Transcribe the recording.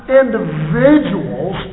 individuals